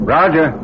Roger